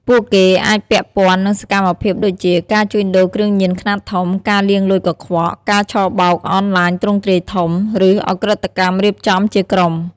ពួកគេអាចពាក់ព័ន្ធនឹងសកម្មភាពដូចជា ការជួញដូរគ្រឿងញៀនខ្នាតធំ ការលាងលុយកខ្វក់ ការឆបោកអនឡាញទ្រង់ទ្រាយធំ ឬឧក្រិដ្ឋកម្មរៀបចំជាក្រុម។